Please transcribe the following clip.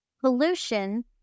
Pollution